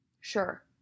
Sure